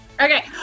Okay